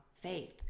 faith